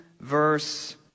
verse